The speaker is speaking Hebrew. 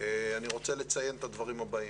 אני רוצה לציין את הדברים הבאים.